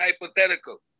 hypothetical